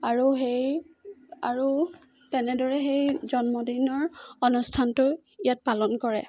আৰু সেই আৰু তেনেদৰে সেই জন্মদিনৰ অনুষ্ঠানটো ইয়াত পালন কৰে